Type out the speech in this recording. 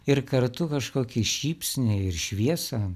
ir kartu kažkokį šypsnį ir šviesą